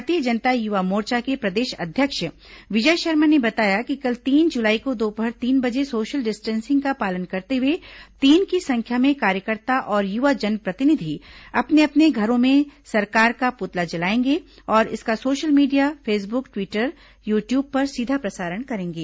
भारतीय जनता युवा मोर्चा के प्रदेश अध्यक्ष विजय शर्मा ने बताया कि कल तीन जुलाई को दोपहर तीन बजे सोशल डिस्टेंसिंग का पालन करते हुए तीन की संख्या में कार्यकर्ता और युवा जनप्रतिनिधि अपने अपने घरों में सरकार का पुतला जलाएंगे और इसका social media Facebook Twitter YouTube पर सीधा प्रसारण करेंगे